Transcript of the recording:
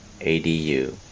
ADU